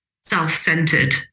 self-centered